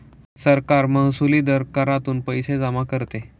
सरकार महसुली दर करातून पैसे जमा करते